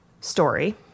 story